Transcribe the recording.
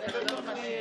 ותאמינו לי,